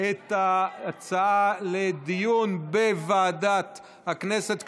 את ההצעה לדיון בוועדת הכנסת,